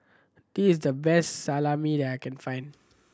this is the best Salami that I can find